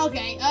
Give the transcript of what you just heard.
Okay